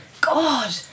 God